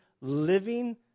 living